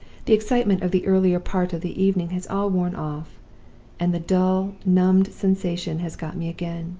the excitement of the earlier part of the evening has all worn off and the dull, numbed sensation has got me again.